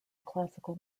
classical